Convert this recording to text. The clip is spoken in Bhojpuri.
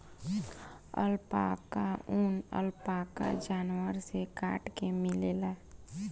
अल्पाका ऊन, अल्पाका जानवर से काट के मिलेला